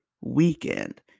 weekend